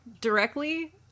Directly